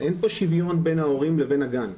אין פה שוויון בין ההורים לבין הגן.